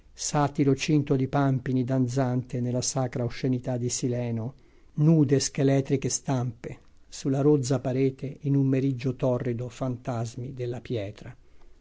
satiro cinto di pampini danzante sulla sacra oscenità di sileno nude scheletriche stampe sulla rozza parete in un meriggio torrido fantasmi della pietra